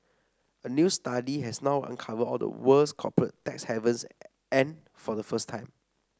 a new study has now uncovered all the world's corporate tax havens and for the first time